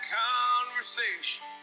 conversation